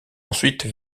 ensuite